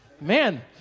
Man